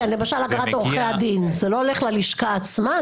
כן, למשל אגרת עורכי הדין, זה לא הולך ללשכה עצמה?